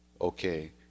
Okay